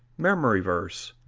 memory verse,